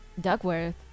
Duckworth